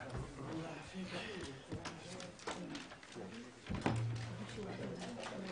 הישיבה ננעלה בשעה 10:57.